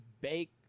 Bake